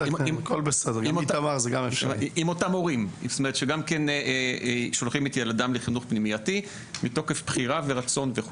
עם אותם הורים ששולחים את ילדיהם לחינוך פנימייתי מתוקף בחירה ורצון.